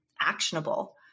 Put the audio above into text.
actionable